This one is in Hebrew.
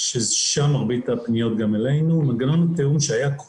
לשלומם ולרפואתם של כל